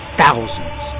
thousands